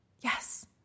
Yes